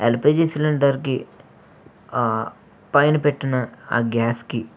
LPG సిలిండర్కి పైన పెట్టిన ఆ గ్యాస్కి